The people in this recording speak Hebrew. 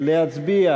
להצביע